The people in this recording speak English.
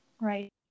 right